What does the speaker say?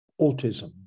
autism